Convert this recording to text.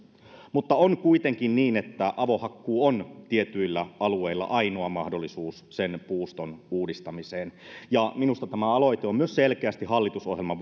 on kuitenkin niin että avohakkuu on tietyillä alueilla ainoa mahdollisuus sen puuston uudistamiseen ja minusta tämä aloite on myös selkeästi hallitusohjelman